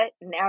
Now